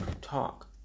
talk